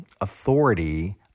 authority